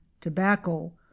tobacco